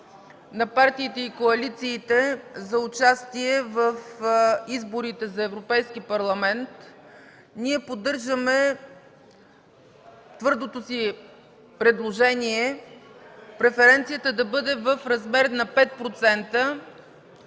на партиите и коалициите за участие в изборите за Европейски парламент, ние поддържаме твърдото си предложение преференцията да бъде в размер на 5%,